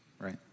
Right